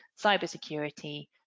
cybersecurity